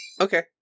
Okay